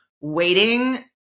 waiting